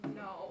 no